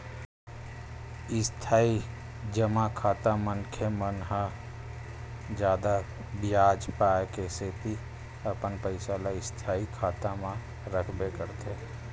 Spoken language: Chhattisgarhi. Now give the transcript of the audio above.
इस्थाई जमा खाता मनखे मन ह जादा बियाज पाय के सेती अपन पइसा ल स्थायी खाता म रखबे करथे